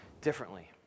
differently